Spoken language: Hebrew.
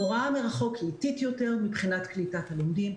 הוראה מרחוק היא איטית יותר מבחינת קליטת הלימודים,